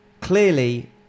clearly